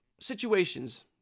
situations